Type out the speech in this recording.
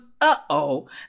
uh-oh